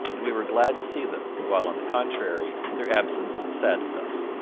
and we were glad to see them, while, on the contrary, their absence saddened us